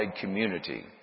community